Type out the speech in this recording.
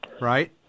right